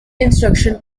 instruction